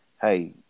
Hey